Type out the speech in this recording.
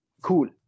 cool